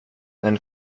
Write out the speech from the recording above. den